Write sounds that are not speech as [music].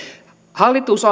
hallitus [unintelligible]